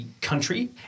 country